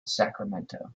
sacramento